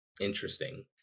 Interesting